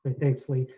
and thanks lee.